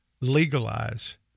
legalize